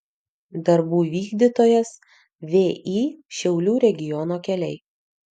darbų vykdytojas vį šiaulių regiono keliai